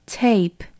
tape